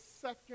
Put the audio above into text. second